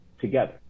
together